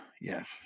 yes